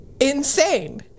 insane